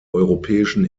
europäischen